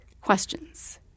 questions